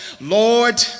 Lord